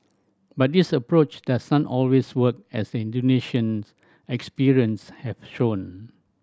but this approach does not always work as the Indonesians experience has shown